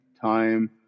time